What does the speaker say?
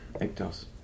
hectares